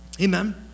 Amen